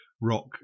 rock